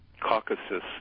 Caucasus